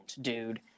dude